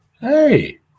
Hey